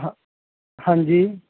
ਹਾਂ ਹਾਂਜੀ